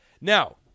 Now